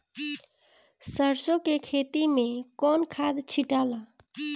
सरसो के खेती मे कौन खाद छिटाला?